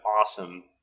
awesome